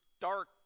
dark